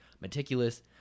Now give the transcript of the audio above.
Meticulous